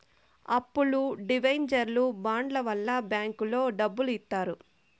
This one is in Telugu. అప్పులు డివెంచర్లు బాండ్ల వల్ల బ్యాంకులో డబ్బులు ఇత్తారు